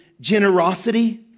generosity